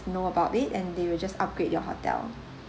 know about it and they will just upgrade your hotel